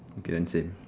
K ah same